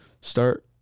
start